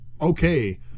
okay